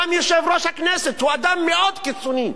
גם יושב-ראש הכנסת הוא אדם מאוד קיצוני.